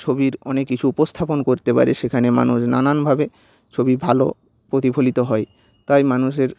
ছবির অনেক কিছু উপস্থাপন করতে পারে সেখানে মানুষ নানান ভাবে ছবি ভালো প্রতিফলিত হয় তাই মানুষের